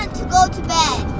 and to go to bed.